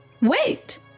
Wait